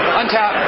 untap